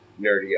nerdy